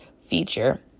feature